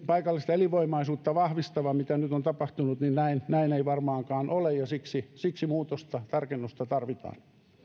paikallista elinvoimaisuutta vahvistava mitä nyt on tapahtunut niin näin näin ei varmaankaan ole ja siksi muutosta tarkennusta tarvitaan